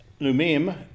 Lumim